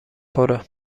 پره